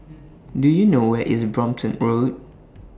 Do YOU know Where IS Brompton Road